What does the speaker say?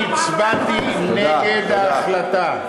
אני הצבעתי נגד ההחלטה.